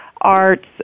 arts